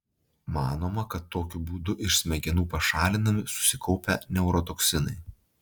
manoma kad tokiu būdu iš smegenų pašalinami susikaupę neurotoksinai